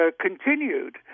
continued